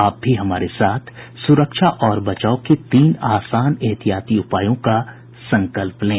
आप भी हमारे साथ सुरक्षा और बचाव के तीन आसान एहतियाती उपायों का संकल्प लें